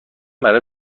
برای